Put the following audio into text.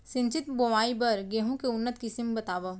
सिंचित बोआई बर गेहूँ के उन्नत किसिम बतावव?